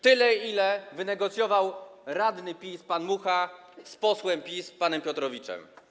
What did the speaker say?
Tyle, ile wynegocjował radny PiS pan Mucha z posłem PiS panem Piotrowiczem.